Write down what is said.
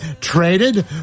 Traded